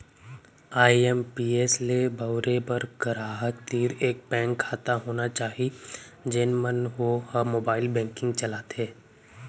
IMPS ल बउरे बर गराहक तीर एक बेंक खाता होना चाही जेन म वो ह मोबाइल बेंकिंग चलाथे